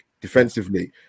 defensively